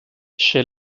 chez